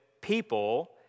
people